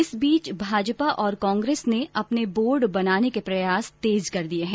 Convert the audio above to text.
इस बीच भाजपा और कांग्रेस ने अपने बोर्ड बनाने के लिए प्रयास तेज कर दिये हैं